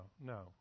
no